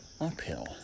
uphill